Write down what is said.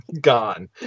gone